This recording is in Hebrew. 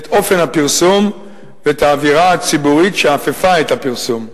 את אופן הפרסום ואת האווירה הציבורית שאפפה את הפרסום".